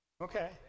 Okay